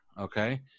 okay